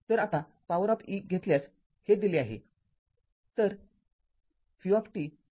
तरआता power of e घेतल्यास हे दिले आहे